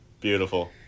Beautiful